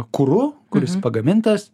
kuru kuris pagamintas